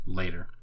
later